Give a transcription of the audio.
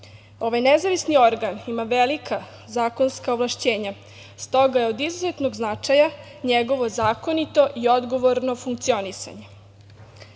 Ovaj nezavisni organ ima velika zakonska ovlašćenja. Stoga je od izuzetnog značaja njegovo zakonito i odgovorno funkcionisanje. Evropska